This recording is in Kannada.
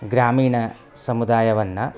ಗ್ರಾಮೀಣ ಸಮುದಾಯವನ್ನು